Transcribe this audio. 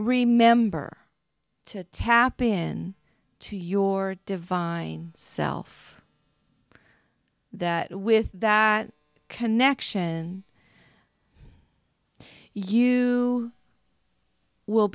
remember to tap in to your divine self that with that connection you will